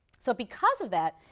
so because of that,